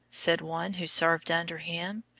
said one who served under him.